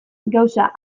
gauza